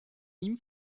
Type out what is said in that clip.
ihm